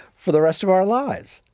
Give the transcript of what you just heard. for the rest of our lives.